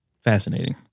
fascinating